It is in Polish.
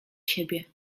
siebie